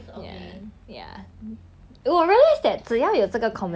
orh curly hair curly or wavy orh